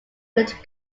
little